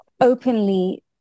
openly